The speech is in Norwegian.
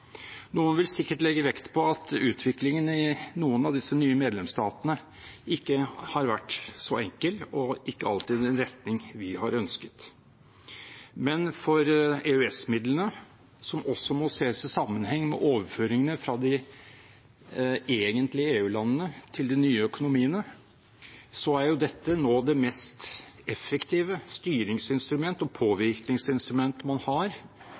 Noen vil sikkert legge vekt på at utviklingen i noen av disse nye medlemsstatene ikke har vært så enkel og ikke alltid gått i den retning vi har ønsket. Men EØS-midlene, som også må ses i sammenheng med overføringene fra de egentlige EU-landene til de nye økonomiene, er jo nå det mest effektive styringsinstrumentet og påvirkningsinstrumentet man har